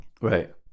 Right